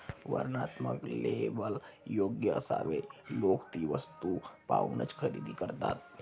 वर्णनात्मक लेबल योग्य असावे लोक ती वस्तू पाहूनच खरेदी करतात